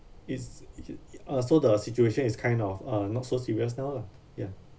is uh so the situation is kind of uh not so serious now lah ya